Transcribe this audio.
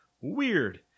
Weird